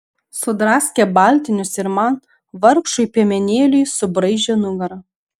sudraskė baltinius ir man vargšui piemenėliui subraižė nugarą